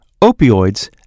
opioids